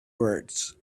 words